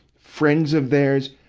friends of theirs,